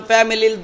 Family